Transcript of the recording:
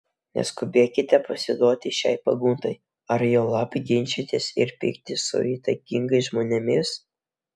neskubėkite pasiduoti šiai pagundai ar juolab ginčytis ir pyktis su įtakingais žmonėmis